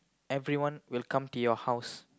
everyone will come to your house